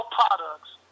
products